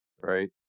Right